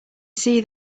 see